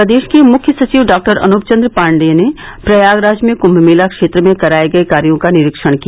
प्रदेश के मुख्य सचिव डॉक्टर अनूप चन्द्र पाण्डेय ने प्रयागराज में कुंभ मेला क्षेत्र में कराये गये कार्यो का निरीक्षण किया